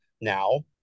now